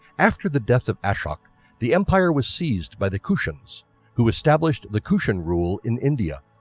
after the death of ashok the empire was seized by the kushans who established the kushan rule in india.